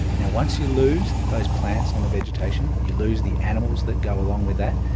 now, once you lose those plants on the vegetation, you lose the animals that go along with that,